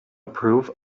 approve